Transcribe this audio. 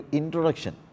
introduction